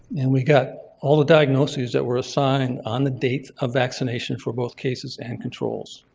and we got all the diagnoses that were assigned on the date of vaccination for both cases and controls.